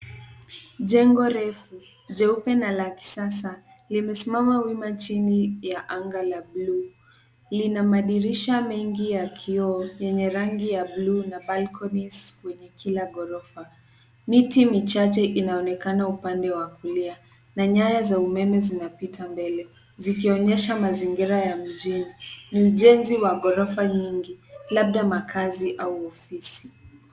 Jengo refu jeupe na la kisasa limesimama wima chini ya anga ya buluu, lina madirisha mengi ya kioo enye rangi ya buluu na balconies kwenye kila ghorofa. Miti michache inaonekana upande wa kulia na nyaya za umeme zinapita mbele zikionyesha mazingira ya mjini, ujenzi wa ghorofa nyingi labda za makazi au ofisi.